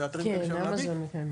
כן, אמזון וכאלה.